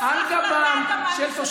אזרחי, שאתה מעניש אותם.